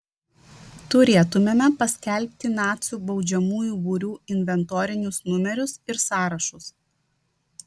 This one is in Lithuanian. turėtumėme paskelbti nacių baudžiamųjų būrių inventorinius numerius ir sąrašus